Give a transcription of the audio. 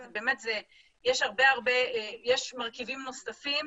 יש מרכיבים נוספים